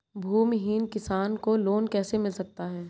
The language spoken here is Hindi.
भूमिहीन किसान को लोन कैसे मिल सकता है?